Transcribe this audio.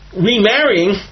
remarrying